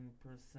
percent